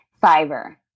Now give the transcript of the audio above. Fiber